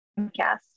Podcast